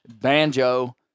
Banjo